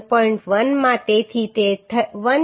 1 માં તેથી તે 131